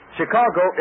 Chicago